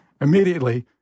Immediately